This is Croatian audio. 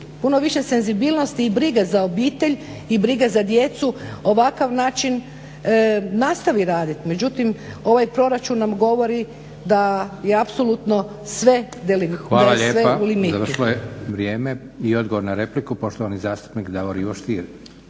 puno više senzibilnosti i brige za obitelj i brige za djecu na ovakav način nastavi raditi. Međutim, ovaj proračun nam govori da je apsolutno sve u limitu. **Leko, Josip (SDP)** Hvala lijepa. Završilo je vrijeme. I odgovor na repliku, poštovani zastupnik Davor Ivo Stier.